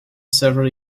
several